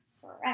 forever